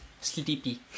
sleepy